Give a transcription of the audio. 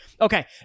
okay